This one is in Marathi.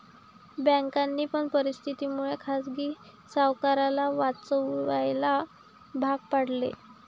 बँकांनी पण परिस्थिती मुळे खाजगी सावकाराला वाचवायला भाग पाडले